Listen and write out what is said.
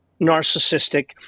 narcissistic